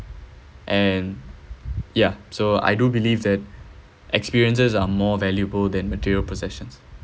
and yeah so I do believe that experiences are more valuable than material possessions